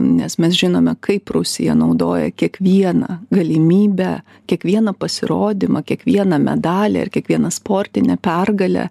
nes mes žinome kaip rusija naudoja kiekvieną galimybę kiekvieną pasirodymą kiekvieną medalį ar kiekvieną sportinę pergalę